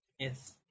yes